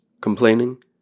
complaining